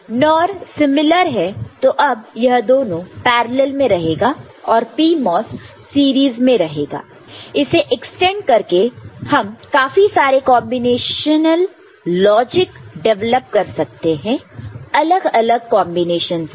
NOR similar है तो अब यह दोनों पैरलल में रहेगा और PMOS सीरीज में रहेगा इसे एक्सटेंड करके हम काफी सारे कांबिनेशनल लॉजिक डेवलप कर सकते हैं अलग अलग कॉन्बिनेशन से